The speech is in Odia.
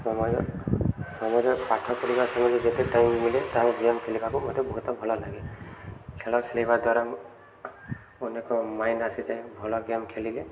ସମୟରେ ସମୟରେ ପାଠ ପଢ଼ିବା ସମୟରେ ଯେତେ ଟାଇମ୍ ମିିଳେ ତାହା ଗେମ୍ ଖେଳିବାକୁ ମୋତେ ବହୁତ ଭଲ ଲାଗେ ଖେଳ ଖେଳିବା ଦ୍ୱାରା ମୁଁ ଅନେକ ମାଇଣ୍ଡ ଆସିଥାଏ ଭଲ ଗେମ୍ ଖେଳିଲେ